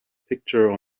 picture